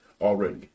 already